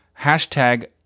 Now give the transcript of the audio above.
hashtag